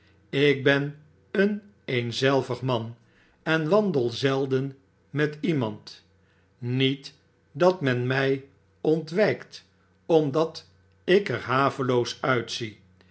jk ben een eenzelvig man en wandel zelden met iemand niet dat men mij ontwijkt omdat ik er haveloos uitzie